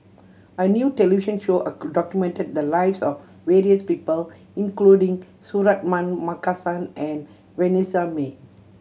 a new television show a documented the lives of various people including Suratman Markasan and Vanessa Mae